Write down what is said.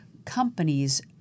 companies